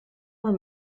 maar